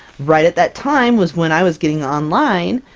right at that time was when i was getting online,